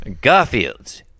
Garfield